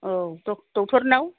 औ डक्ट'र नियाव